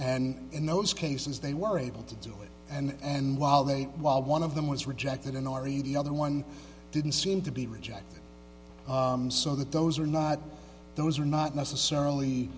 and in those cases they were able to do it and while they while one of them was rejected in r a d other one didn't seem to be rejected so that those are not those are not necessarily